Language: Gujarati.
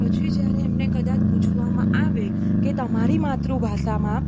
પછી જ્યારે એમને કદાચ પૂછવામાં આવે કે તમારી માતૃભાષામાં